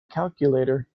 calculator